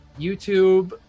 YouTube